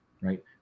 right